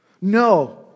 No